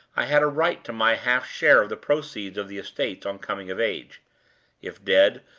i had a right to my half share of the proceeds of the estates on coming of age if dead,